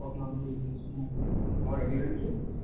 মই ৰেদি হৈ